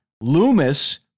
Loomis